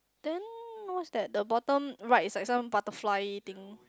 then what's that the bottom right that's one butterfly thing